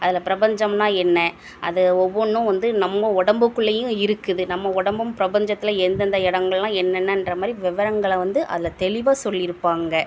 அதில் பிரபஞ்சம்னா என்ன அது ஒவ்வொன்றும் வந்து நம்ம உடம்புக்குள்ளையும் இருக்குது நம்ம உடம்பும் பிரபஞ்சத்தில் எந்தெந்த இடங்கள்லாம் என்னென்னன்ற மாதிரி விவரங்களை வந்து அதில் தெளிவாக சொல்லியிருப்பாங்க